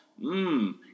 Mmm